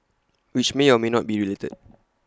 which may or may not be related